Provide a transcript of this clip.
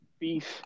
beef